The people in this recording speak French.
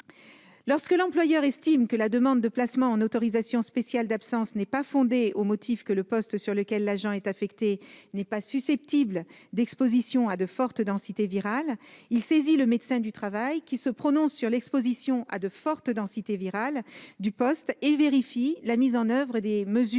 Lorsque l'employeur estime que la demande de placement en autorisation spéciale d'absence n'est pas fondée, au motif que le poste sur lequel l'agent est affecté n'est pas susceptible d'exposition à de fortes densités virales, il saisit le médecin du travail, qui se prononce sur l'exposition à de fortes densités virales du poste et vérifie la mise en oeuvre des mesures